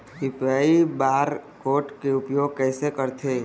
UPI bar code के उपयोग कैसे करथें?